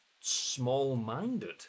small-minded